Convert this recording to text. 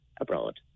abroad